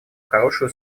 хорошую